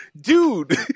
dude